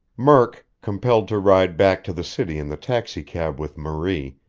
murk, compelled to ride back to the city in the taxicab with marie,